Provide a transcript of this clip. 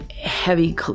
heavy